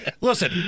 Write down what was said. Listen